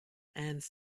and